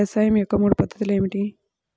వ్యవసాయం యొక్క మూడు పద్ధతులు ఏమిటి?